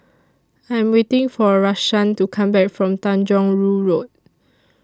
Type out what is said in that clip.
I Am waiting For Rashaan to Come Back from Tanjong Rhu Road